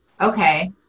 okay